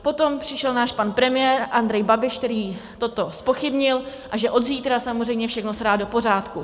Potom přišel náš pan premiér Andrej Babiš, který toto zpochybnil, a že od zítra samozřejmě všechno se dá do pořádku.